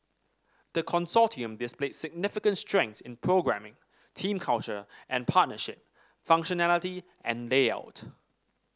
the Consortium displayed significant strength in programming team culture and partnership functionality and layout